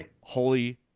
Holy